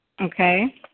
Okay